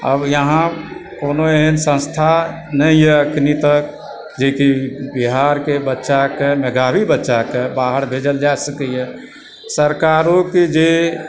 अब यहाँ कोनो एहन संस्था नहिए अखन तक जेकि बिहारके बच्चाकऽ मेधावी बच्चाक बाहर भेजल जा सकैए सरकारोंके जे